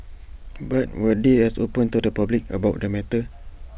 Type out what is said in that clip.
but were they as open to the public about the matter